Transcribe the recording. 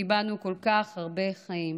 איבדנו כל כך הרבה חיים.